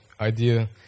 idea